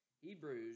Hebrews